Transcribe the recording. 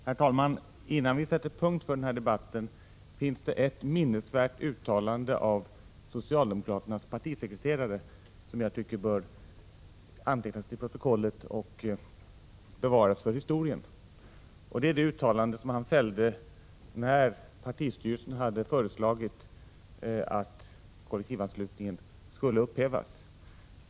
Herr talman! Innan vi sätter punkt för denna debatt, tycker jag att ett minnesvärt uttalande av socialdemokraternas partisekreterare bör antecknas till protokollet och bevaras för historien. Det gäller det uttalande som denne fällde när partistyrelsen hade föreslagit att kollektivanslutningen skulle upphävas.